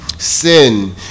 Sin